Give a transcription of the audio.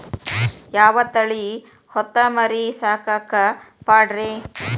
ಯಾವ ತಳಿ ಹೊತಮರಿ ಸಾಕಾಕ ಪಾಡ್ರೇ?